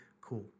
cool